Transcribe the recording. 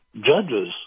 judges